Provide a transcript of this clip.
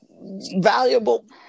valuable